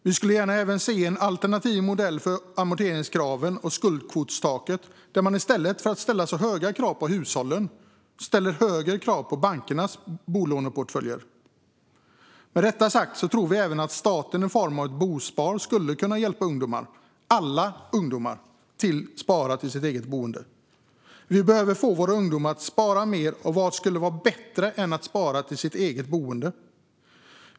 Vi skulle även gärna se en alternativ modell för amorteringskrav och skuldkvotstak där man i stället för att ställa höga krav på hushållen ställer högre krav på bankernas bolåneportföljer. Med detta sagt tror vi även att staten med hjälp av ett bosparande skulle kunna hjälpa alla ungdomar att spara till sitt eget boende. Vi behöver få våra ungdomar att spara mer, och vad skulle vara bättre än att spara till sitt eget boende?